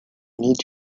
need